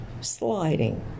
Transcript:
sliding